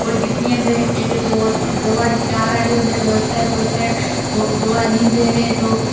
ओह् जित्ती जंदे ओह् दौं हारी जंदे दौं इक्क साईड दौं इक्क साईड होंदे दौं हारी दे हे दौं